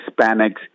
Hispanics